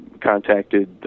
contacted